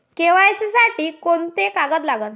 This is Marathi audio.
के.वाय.सी साठी कोंते कागद लागन?